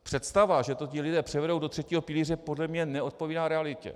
Představa, že to ti lidé převedou do třetího pilíře, podle mě neodpovídá realitě.